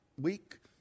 week